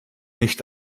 nicht